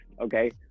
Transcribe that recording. okay